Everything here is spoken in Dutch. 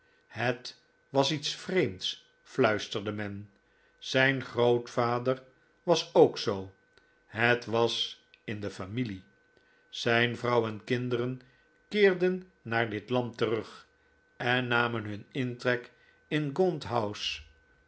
het was iets vreemds fluisterde men zijn grootvader was ook zoo het was in de familie zijn vrouw en kinderen keerden naar dit land terug en namen hun intrek in gaunt house